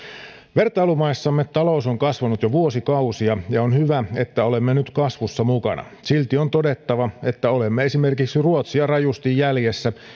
vertailumaissamme talous on kasvanut jo vuosikausia ja on hyvä että olemme nyt kasvussa mukana silti on todettava että olemme esimerkiksi ruotsia rajusti jäljessä